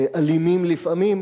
אלימים לפעמים,